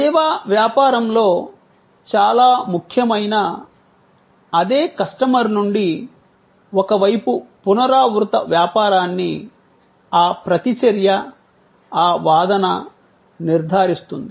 సేవా వ్యాపారంలో చాలా ముఖ్యమైన అదే కస్టమర్ నుండి ఒక వైపు పునరావృత వ్యాపారాన్ని ఆ ప్రతి చర్య ఆ వాదన నిర్ధారిస్తుంది